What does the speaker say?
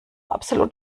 absolut